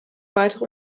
weitere